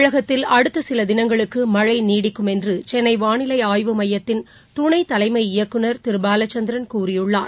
தமிழகத்தில் அடுத்த சில தினங்களுக்கு மழை நீடிக்கும் என்று சென்னை வாளிலை ஆய்வு மையத்தின் துணைத்தலைமை இயக்குநர் திரு பாலச்சந்திரன் கூறியுள்ளார்